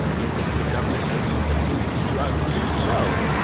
is it the government agencies that approved these drugs years ago?